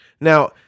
Now